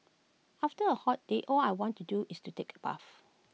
after A hot day all I want to do is to take A bath